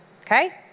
Okay